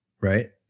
right